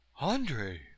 andre